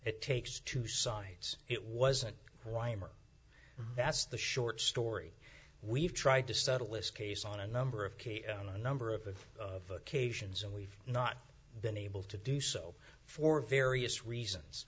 it takes two sides it wasn't weimer that's the short story we've tried to settle this case on a number of key on a number of occasions and we've not been able to do so for various reasons